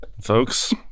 Folks